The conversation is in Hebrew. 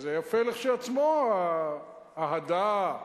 זה יפה כשלעצמו, האהדה,